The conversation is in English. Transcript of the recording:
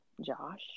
Josh